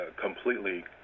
completely